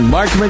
Mark